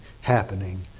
happening